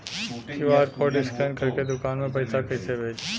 QR code scan करके दुकान में पैसा कइसे भेजी?